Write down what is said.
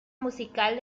musical